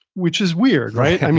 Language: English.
which is weird, right?